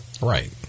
Right